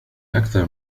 أكثر